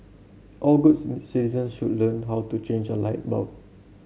all good citizens should learn how to change a light bulb